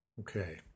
Okay